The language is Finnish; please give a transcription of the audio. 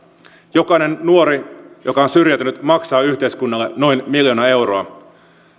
jokainen nuori joka on syrjäytynyt maksaa yhteiskunnalle noin miljoona euroa